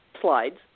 slides